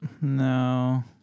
No